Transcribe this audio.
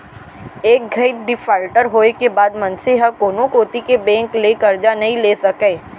एक घइत डिफाल्टर होए के बाद मनसे ह कोनो कोती के बेंक ले करजा नइ ले सकय